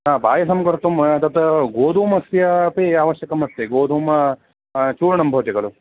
हा पायसं कर्तुं मया तत्र गोधूमस्यापि आवश्यकमस्ति गोधूम चूर्णं भवति खलु